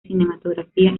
cinematografía